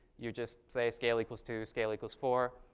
you just say scale equals two, scale equals four.